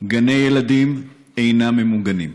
גני ילדים אינם ממוגנים,